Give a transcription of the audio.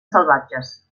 salvatges